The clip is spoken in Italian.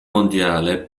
mondiale